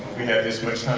we have this much